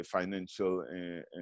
financial